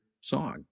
song